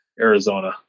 Arizona